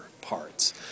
parts